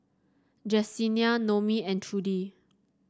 Jessenia Noemi and Trudy